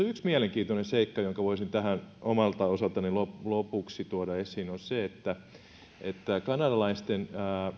yksi mielenkiintoinen seikka jonka voisin tähän omalta osaltani lopuksi tuoda esiin se että että kanadalaisten